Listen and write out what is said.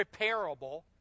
repairable